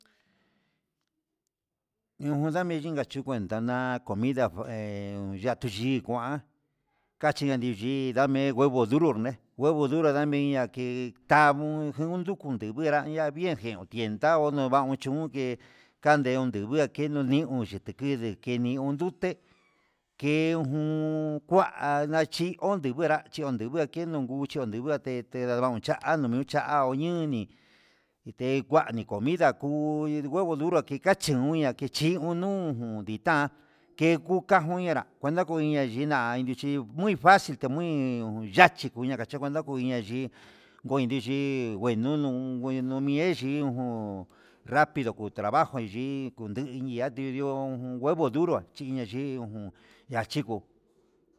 Ujun ndame chinka ndama comida he yatu yii, kuan kachi ndanuyi dame huevo duró né huevo duro dami jaki ta'a u uun nduku ndeve jenra ya viejen ojé ndao novau chingun nguekando inua ké, no ni un xhitikidi keni uun nduté ke ujun kuá nachí ondi nguerá chiunde kenon nguu, cheongue te tenrá cha nuu ñuchá oñuni ité nguani comida akuu huevo duro kikachun ña keun nuu, nuu ditá ke kuka nguña'a yenrá kuenta ko ina yiná aundichí muy facil te muy chachí kuña achi kuenta nguña yaiyi ngue nunu ino'o me'e chi ujun rapido ku trabajo yii kundude atiu yo'o ujun huevo duroa achí iña yii ngun ngachigó.